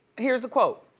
here's the quote.